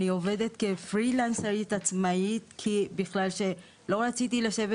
אני עובדת כפרילנסרית-עצמאית, כי לא רציתי לשבת